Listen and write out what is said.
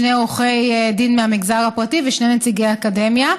שני עורכי דין מהמגזר הפרטי ושני נציגי אקדמיה.